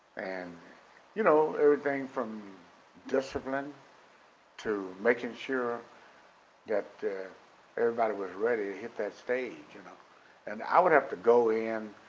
and you know, everything from discipline to making sure that everybody was ready to hit that stage. and and i would have to go in,